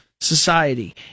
society